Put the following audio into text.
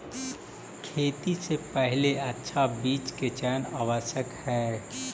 खेती से पहिले अच्छा बीचा के चयन आवश्यक हइ